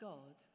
God